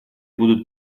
будут